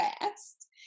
fast